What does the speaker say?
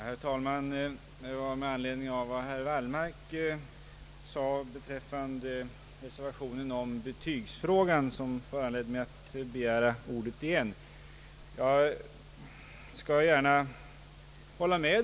Herr talman! Herr Wallmarks uttalande beträffande reservationen om betygsfrågan föranledde mig att begära ordet igen.